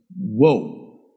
Whoa